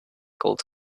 gold